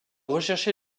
recherché